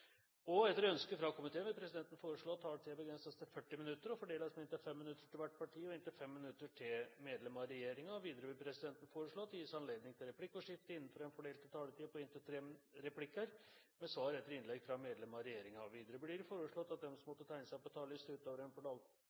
og fordeles med inntil 5 minutter til hvert parti og inntil 5 minutter til medlem av regjeringen. Videre vil presidenten foreslå at det gis anledning til replikkordskifte på inntil tre replikker med svar etter innlegg fra medlem av regjeringen innenfor den fordelte taletid. Videre blir det foreslått at de som måtte tegne seg på talerlisten utover den fordelte taletid, får en